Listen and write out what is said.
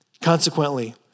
Consequently